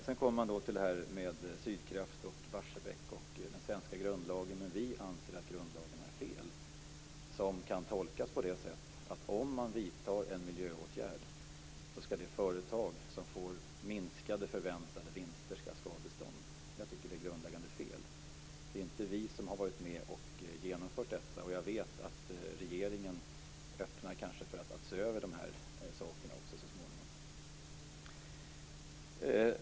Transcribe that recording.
Vi anser att grundlagen i Sverige är fel som kan tolkas på det sättet att om man vidtar en miljöåtgärd skall det företag som får minskade förväntade vinster ha skadestånd. Jag tycker att det är ett grundläggande fel. Det är inte vi som har varit med och genomfört detta. Jag vet att regeringen kanske öppnar för att se över den frågan så småningom.